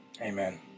Amen